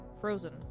frozen